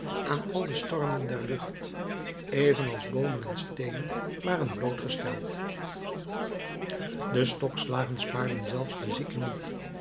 aan al de stormen der lucht even als boomen en steenen waren blootgesteld de stokslagen spaarden zelfs de zieken niet